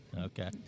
Okay